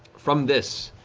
from this,